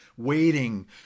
waiting